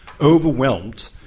overwhelmed